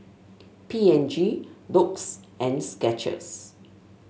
P and G Doux and Skechers